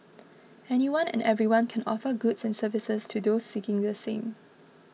anyone and everyone can offer goods and services to those seeking the same